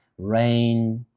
rain